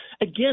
Again